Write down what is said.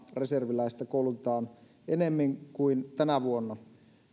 reserviläistä koulutetaan enemmän kuin tänä vuonna